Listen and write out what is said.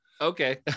Okay